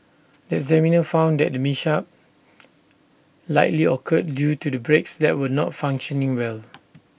the examiner found that the mishap likely occurred due to the brakes that were not functioning well